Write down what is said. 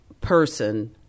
person